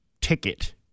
ticket